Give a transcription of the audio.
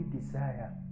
desire